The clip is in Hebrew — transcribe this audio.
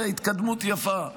התקדמות יפה.